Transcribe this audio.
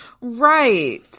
Right